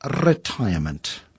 retirement